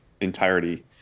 entirety